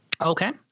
okay